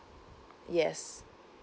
yes